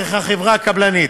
דרך החברה הקבלנית.